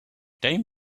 time